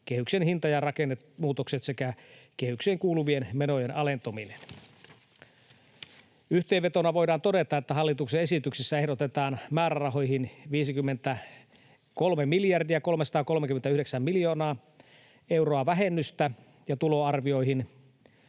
kehyksen hinta‑ ja rakennemuutokset sekä kehykseen kuuluvien menojen alentuminen. Yhteenvetona voidaan todeta, että hallituksen esityksessä ehdotetaan määrärahoihin 53 339 000 euroa vähennystä ja tuloarvioihin